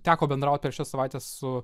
teko bendraut per šias savaites su